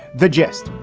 the gist.